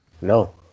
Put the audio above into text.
No